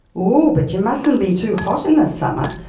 oooh, but you mustn't be too hot in the summer!